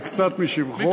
מקצת משבחו.